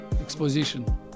Exposition